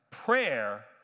Prayer